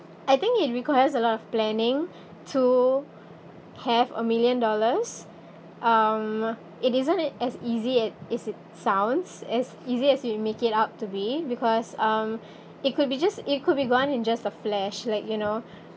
I think it requires a lot of planning to have a million dollars um it isn't as easy as it it's sounds as easy as you make it out to be because um it could be just it could be gone in just a flash like you know